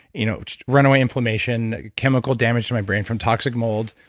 you know run away inflammation chemical damage to my brain from toxic mold.